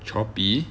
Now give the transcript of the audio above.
choppy